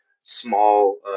small